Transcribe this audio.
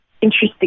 interesting